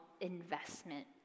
investment